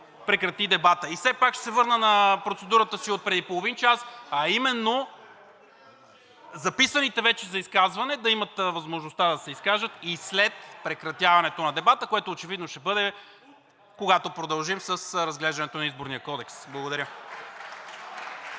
прекрати дебата. И все пак ще се върна на процедурата си от преди половин час, а именно записаните вече за изказване да имат възможността да се изкажат и след прекратяването на дебата, което очевидно ще бъде, когато продължим с разглеждането на Изборния кодекс. Благодаря.